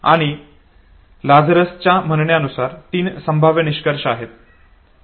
आणि लाझरसच्या म्हणण्या नुसार तीन संभाव्य निष्कर्ष आहेत